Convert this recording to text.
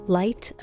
light